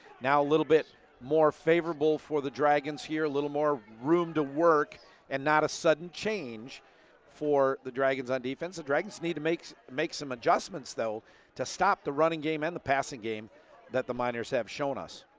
now, a little bit more favorable for the dragons here, a little more room to work and not a sudden change for the dragons on defense. the dragons need to make so make some adjustments though to stop the running game and the passing game that the miners have shown us.